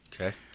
Okay